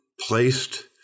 placed